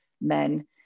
men